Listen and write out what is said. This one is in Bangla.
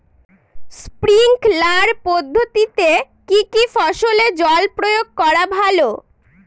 স্প্রিঙ্কলার পদ্ধতিতে কি কী ফসলে জল প্রয়োগ করা ভালো?